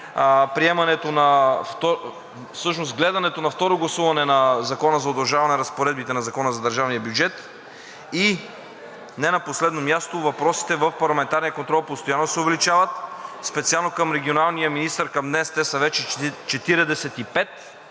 гледането на второ гласуване на Закона за удължаване разпоредбите на Закона за държавния бюджет. И не на последно място, въпросите в парламентарния контрол постоянно се увеличават и специално към регионалния министър са вече към